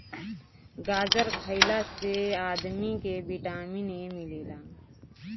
गाजर खइला से आदमी के विटामिन ए मिलेला